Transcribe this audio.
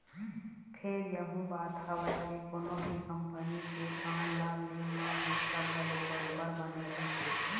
फेर यहूँ बात हवय के कोनो भी कंपनी के बांड ल ले म रिस्क घलोक बरोबर बने रहिथे